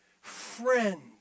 friend